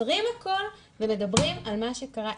עוצרים הכול ומדברים על מה שקרה,